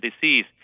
disease